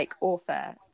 author